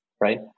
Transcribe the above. right